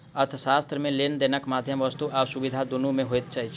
अर्थशास्त्र मे लेन देनक माध्यम वस्तु आ सुविधा दुनू मे होइत अछि